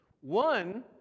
One